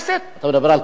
אתה מדבר על כביש 6?